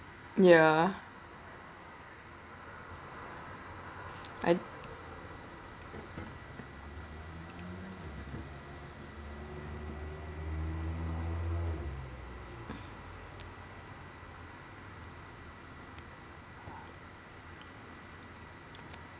ya I